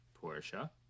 Portia